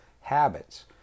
habits